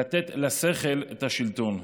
לתת לשכל את השלטון,